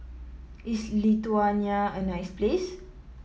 is Lithuania a nice place